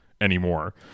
anymore